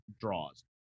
draws